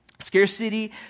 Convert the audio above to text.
Scarcity